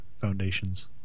foundations